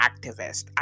activist